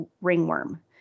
ringworm